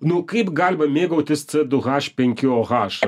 nu kaip galima mėgautis c du haš penki o haš